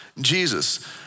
Jesus